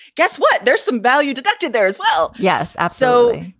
guess what? there's some value deducted there as well. yes. ah so,